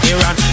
Iran